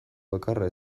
bakarra